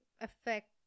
affect